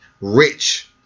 rich